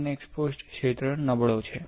unexposed ક્ષેત્ર નબળો છે